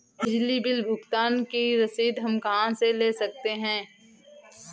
बिजली बिल भुगतान की रसीद हम कहां से ले सकते हैं?